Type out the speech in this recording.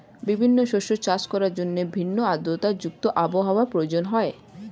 বিভিন্ন শস্য চাষ করার জন্য ভিন্ন আর্দ্রতা যুক্ত আবহাওয়ার প্রয়োজন হয়